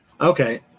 Okay